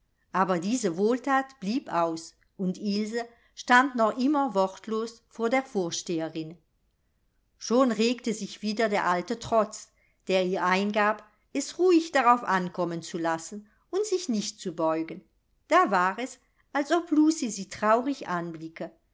aber diese wohlthat blieb aus und ilse stand noch immer wortlos vor der vorsteherin schon regte sich wieder der alte trotz der ihr eingab es ruhig darauf ankommen zu lassen und sich nicht zu beugen da war es als ob lucie sie traurig anblicke